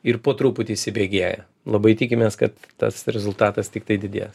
ir po truputį įsibėgėja labai tikimės kad tas rezultatas tiktai didės